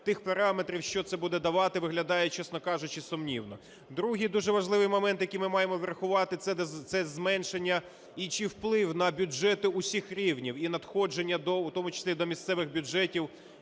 тих параметрів, що це буде давати, виглядає, чесно кажучи, сумнівно. Другий дуже важливий момент, який ми маємо врахувати, це зменшення і вплив на бюджети всіх рівнів, і надходження в тому числі до місцевих бюджетів,